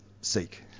seek